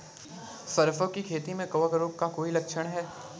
सरसों की खेती में कवक रोग का कोई लक्षण है?